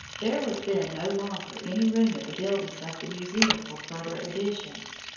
there was then no longer any room in the buildings of the museum for further additions.